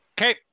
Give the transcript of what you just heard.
Okay